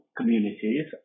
communities